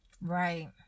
Right